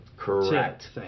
correct